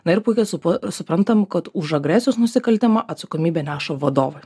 na ir puikiai supu suprantam kad už agresijos nusikaltimą atsakomybę neša vadovai